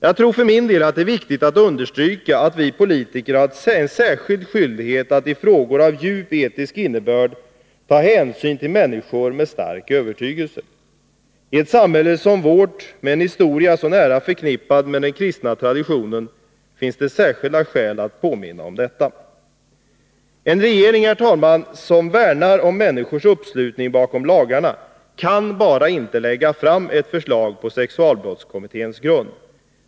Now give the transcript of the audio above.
Jag tror för min del att det är viktigt att understryka att vi politiker har en särskild skyldighet att i frågor av djup etisk innebörd ta särskild hänsyn till människor med stark övertygelse. I ett samhälle som vårt med en historia så nära förknippad med den kristna traditionen finns det särskilda skäl att påminna om detta. En regering, herr talman, som värnar om människors uppslutning bakom lagarna, kan bara inte lägga fram ett förslag på sexualbrottskommitténs grund.